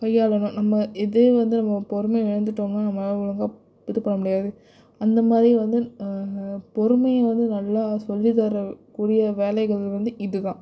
கையாளனும் நம்ம இதே வந்து நம்ம பொறுமை இழந்துட்டோம்னால் நம்மளால் ஒழுங்காக இது பண்ண முடியாது அந்தமாதிரி வந்து பொறுமையை வந்து நல்லா சொல்லி தரக்கூடிய வேலைகள் வந்து இதுதான்